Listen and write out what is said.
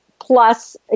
plus